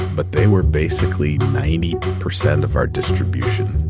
but they were basically ninety percent of our distribution